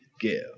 give